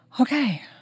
Okay